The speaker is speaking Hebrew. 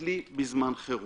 בכלי בזמן חירום.